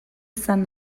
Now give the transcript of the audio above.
izan